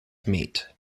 meat